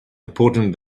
important